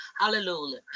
Hallelujah